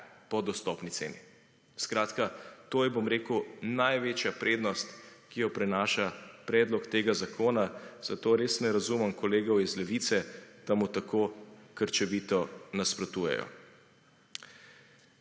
po dostopni ceni. Skratka, to je največja prednost, ki jo prinaša predlog tega zakona. Zato res ne razumem kolegov iz Levice, da mu tako krčevito nasprotujejo.